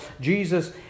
Jesus